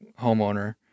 homeowner